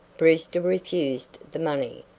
brewster refused the money,